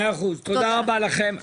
מאה אחוז, תודה רבה לכם,